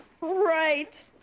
Right